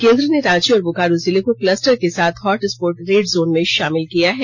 केंद्र ने रांची और बोकारो जिले को कलस्टर के साथ हॉट स्पोट रेड जोन में शामिल किया है